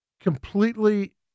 completely